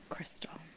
Crystal